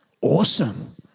awesome